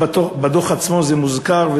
ובדוח עצמו זה מוזכר,